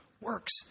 works